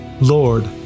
Lord